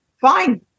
fine